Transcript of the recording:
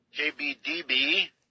KBDB